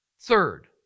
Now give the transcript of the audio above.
Third